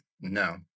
No